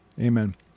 amen